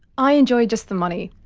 i enjoyed just the money.